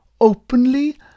openly